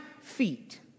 feet